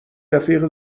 رفیق